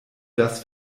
das